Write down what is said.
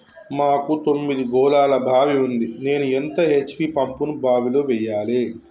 మాకు తొమ్మిది గోళాల బావి ఉంది నేను ఎంత హెచ్.పి పంపును బావిలో వెయ్యాలే?